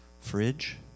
fridge